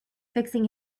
fixing